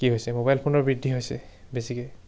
কি হৈছে মোবাইল ফোনৰ বৃদ্ধি হৈছে বেছিকৈ